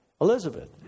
Elizabeth